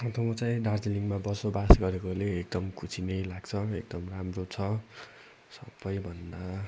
अन्त म चाहिँ दार्जिलिङ बसोबास गरेकोले एकदम खुसी नै लाग्छ एकदम राम्रो छ सबैभन्दा